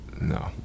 No